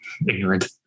ignorant